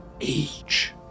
age